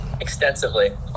extensively